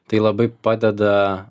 tai labai padeda